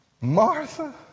Martha